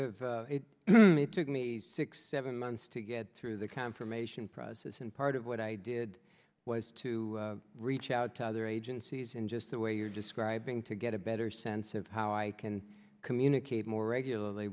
suasion it took me six seven months to get through the confirmation process and part of what i did was to reach out to other agencies in just the way you're describing to get a better sense of how i can communicate more regularly